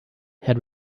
had